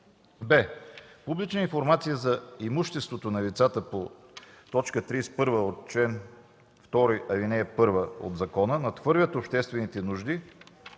б) Публичната информация за имуществото на лицата по т. 31 от чл. 2, ал. 1 от закона надхвърля обществените нужди,